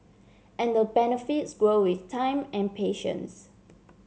and the benefits grow with time and patience